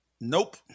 Nope